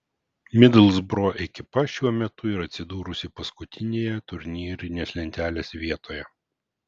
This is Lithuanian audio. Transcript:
midlsbro ekipa šiuo metu yra atsidūrusi paskutinėje turnyrinės lentelės vietoje